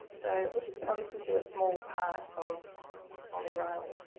so we're just going to listen to a small part of molly riley.